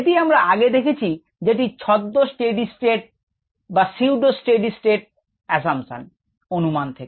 এটি আমরা আগে দেখেছি যেটি ছদ্ম স্টেডি স্টেট অনুমান থেকে